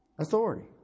authority